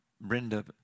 Brenda